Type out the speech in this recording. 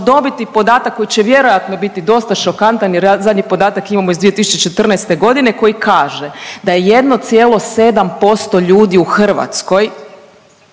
dobiti podatak koji će vjerojatno biti dosta šokantan jer zadnji podatak imamo iz 2014. g. koji kaže da je 1,7% ljudi u Hrvatskoj